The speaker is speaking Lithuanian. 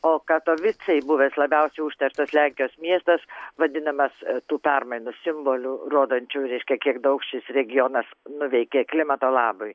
o katovicai buvęs labiausiai užterštas lenkijos miestas vadinamas tų permainų simbolių rodančių reiškia kiek daug šis regionas nuveikė klimato labui